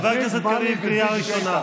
חבר הכנסת קריב, קריאה ראשונה.